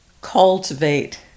cultivate